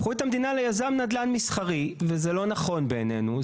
הפכו את המדינה ליזם נדל"ן מסחרי וזה לא נכון בעינינו.